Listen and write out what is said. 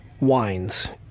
wines